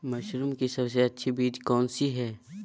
Mushroom की सबसे अच्छी बीज कौन सी है?